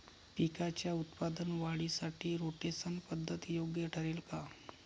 पिकाच्या उत्पादन वाढीसाठी रोटेशन पद्धत योग्य ठरेल का?